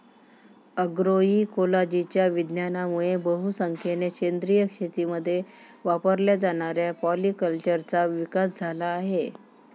अग्रोइकोलॉजीच्या विज्ञानामुळे बहुसंख्येने सेंद्रिय शेतीमध्ये वापरल्या जाणाऱ्या पॉलीकल्चरचा विकास झाला आहे